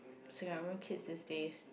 Singaporean kids these days